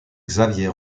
xavier